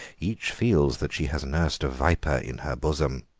each feels that she has nursed a viper in her bosom.